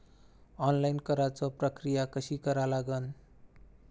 Online कराच प्रक्रिया कशी करा लागन?